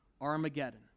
Armageddon